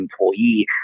employee